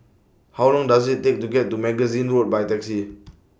How Long Does IT Take to get to Magazine Road By Taxi